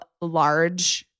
large